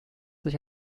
sich